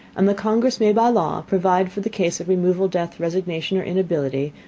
and the congress may by law provide for the case of removal, death, resignation or inability,